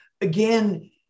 again